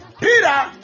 Peter